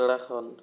Uttarakhand